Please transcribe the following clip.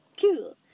Cool